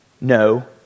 no